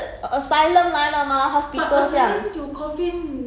then after that